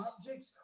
objects